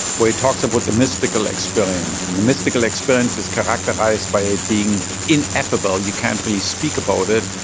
where he talks about the mystical experience. and the mystical experience is characterised by being ineffable, you can't really speak about it,